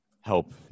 help –